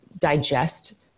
digest